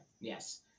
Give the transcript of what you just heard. yes